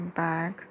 back